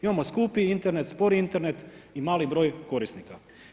Imamo skupi Internet, spori Internet i mali broj korisnika.